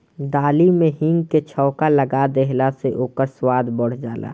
दाली में हिंग के छौंका लगा देहला से ओकर स्वाद बढ़ जाला